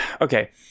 Okay